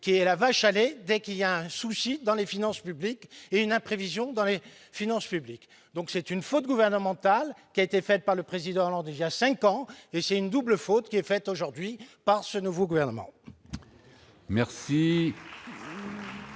qui est la vache à lait, dès qu'il y a un souci dans les finances publiques et une imprévision dans les finances publiques, donc c'est une faute gouvernementale qui a été faite par le président lors des vient 5 ans et c'est une double faute qui est faite aujourd'hui par ce nouveau gouvernement.